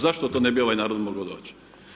Zašto to ne bi ovaj narod mogao doć?